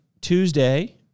Tuesday